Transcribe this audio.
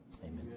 Amen